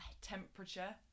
temperature